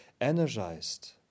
energized